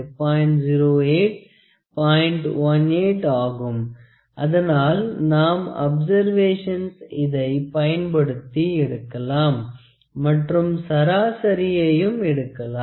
18 ஆகும் அதனால் நாம் பல அப்சர்வேஷன்ஸ் இதை பயன்படுத்தி எடுக்கலாம் மற்றும் சராசரியயும் எடுக்கலாம்